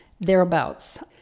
Thereabouts